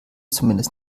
zumindest